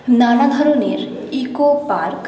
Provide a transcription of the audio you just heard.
নানা ধরনের eco park